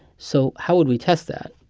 so how would we test that?